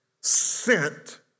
sent